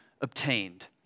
obtained